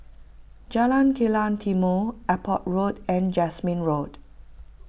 Jalan Kilang Timor Airport Road and Jasmine Road